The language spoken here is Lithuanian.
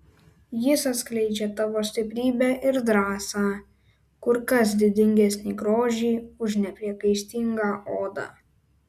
jis atskleidžia tavo stiprybę ir drąsą kur kas didingesnį grožį už nepriekaištingą odą